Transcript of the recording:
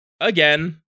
again